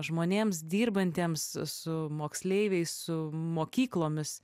žmonėms dirbantiems su moksleiviais su mokyklomis